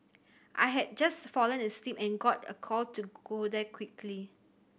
I had just fallen asleep and got a call to go there quickly